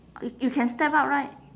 you you can step out right